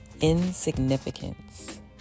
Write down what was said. insignificance